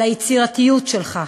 על היצירתיות שלך,